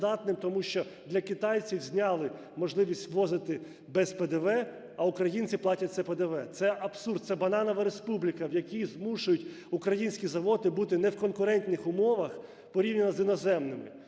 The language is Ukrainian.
тому що для китайців зняли можливість ввозити без ПДВ, а українці платять це ПДВ. Це абсурд, це бананова республіка, в якій змушують українські заводи бути не в конкурентних умовах, порівняно з іноземними